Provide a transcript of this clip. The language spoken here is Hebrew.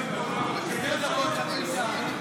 ותוסר מסדר-היום.